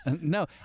No